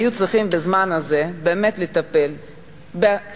היו צריכים בזמן הזה באמת לטפל בחינוך,